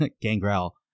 gangrel